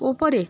ওপরে